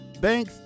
Bank